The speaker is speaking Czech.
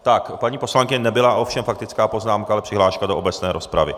Tak paní poslankyně nebyla ovšem faktická poznámka, ale přihláška do obecné rozpravy.